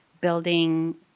building